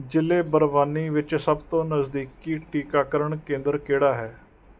ਜ਼ਿਲ੍ਹੇ ਬਰਵਾਨੀ ਵਿੱਚ ਸਭ ਤੋਂ ਨਜ਼ਦੀਕੀ ਟੀਕਾਕਰਨ ਕੇਂਦਰ ਕਿਹੜਾ ਹੈ